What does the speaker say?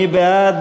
מי בעד?